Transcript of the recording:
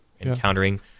encountering